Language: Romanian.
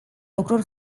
lucruri